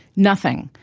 nothing.